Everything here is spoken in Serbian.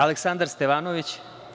Aleksandar Stevanović?